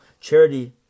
Charity